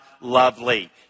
lovely